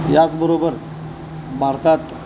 याचबरोबर भारतात